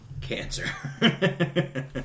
Cancer